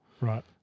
Right